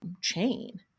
chain